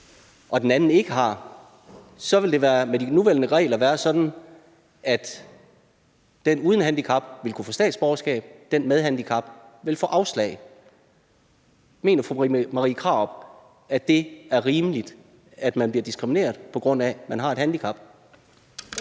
og den anden ikke har, så vil det med de nuværende regler være sådan, at personen uden handicap vil kunne få statsborgerskab, mens personen med handicap vil få afslag. Mener fru Marie Krarup, at det er rimeligt, at man bliver diskrimineret, på grund af at man har et handicap?